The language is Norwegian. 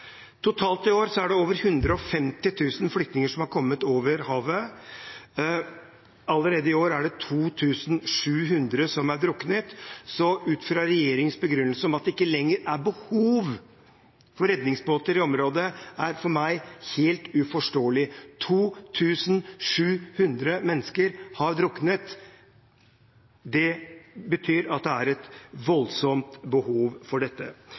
Totalt i år er det over 150 000 flyktninger som har kommet over havet. Allerede i år er det 2 700 som har druknet. Regjeringens begrunnelse, at det ikke lenger er behov for redningsbåter i området, er for meg helt uforståelig. 2 700 mennesker har druknet. Det betyr at det er et voldsomt behov for dette.